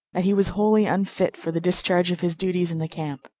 that he was wholly unfit for the discharge of his duties in the camp.